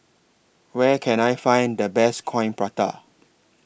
Where Can I Find The Best Coin Prata